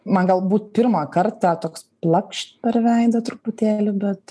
man galbūt pirmą kartą toks plakš per veidą truputėlį bet